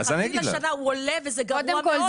הוא עולה וזה גרוע מאוד.